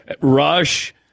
Rush